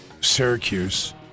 Syracuse